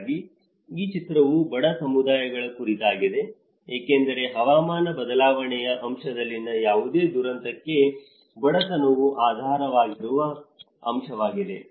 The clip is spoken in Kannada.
ಹಾಗಾಗಿ ಈ ಚಿತ್ರವು ಬಡ ಸಮುದಾಯಗಳ ಕುರಿತಾಗಿದೆ ಏಕೆಂದರೆ ಹವಾಮಾನ ಬದಲಾವಣೆಯ ಅಂಶದಲ್ಲಿನ ಯಾವುದೇ ದುರಂತಕ್ಕೆ ಬಡತನವು ಆಧಾರವಾಗಿರುವ ಅಂಶವಾಗಿದೆ